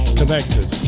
connected